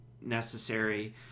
necessary